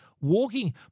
Walking –